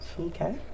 Okay